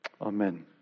Amen